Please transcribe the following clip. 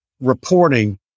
reporting